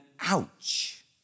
ouch